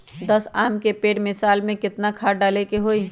दस आम के पेड़ में साल में केतना खाद्य डाले के होई?